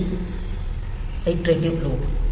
இது iterative loop